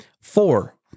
Four